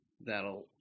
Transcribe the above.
that'll